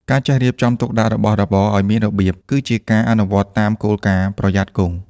ការចេះរៀបចំទុកដាក់របស់របរឱ្យមានរបៀប គឺជាការអនុវត្តតាមគោលការណ៍ «ប្រយ័ត្នគង់»។